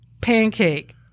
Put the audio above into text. pancake